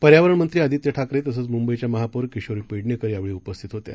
पर्यावरण मंत्री आदित्य ठाकरे तसंच मुंबईच्या महापौर किशोरी पेडणेकर यावेळी उपस्थित होत्या